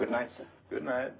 good nice good night